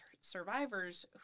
survivors